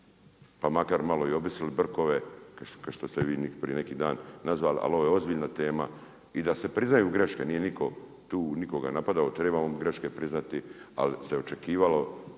pa makar malo i objesili brkove, kao što ste ih vi prije neki dan nazvali, ali ovo je ozbiljna tema, i da se priznaju greške, nije nitko tu nikoga napadao, trebamo greške priznati, ali se očekivalo